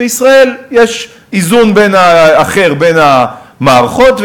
בישראל יש איזון אחר בין המערכות,